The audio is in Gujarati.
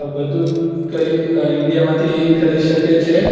બધું જ કરી ઈન્ડિયામાંથી કરી શકે છે